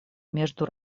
между